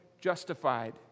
justified